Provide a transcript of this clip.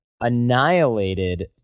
annihilated